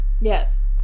Yes